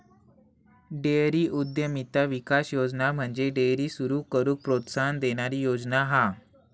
dairy उद्यमिता विकास योजना म्हणजे डेअरी सुरू करूक प्रोत्साहन देणारी योजना हा